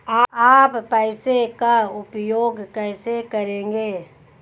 आप पैसे का उपयोग कैसे करेंगे?